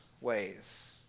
ways